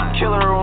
killer